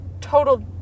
total